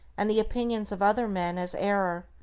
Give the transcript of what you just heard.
and the opinions of other men as error.